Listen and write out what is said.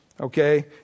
okay